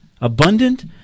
abundant